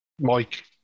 Mike